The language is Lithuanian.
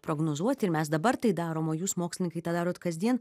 prognozuoti ir mes dabar tai darom o jūs mokslininkai tą darot kasdien